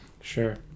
Sure